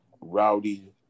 Rowdy